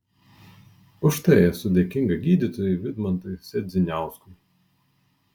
už tai esu dėkinga gydytojui vidmantui sedziniauskui